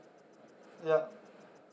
ya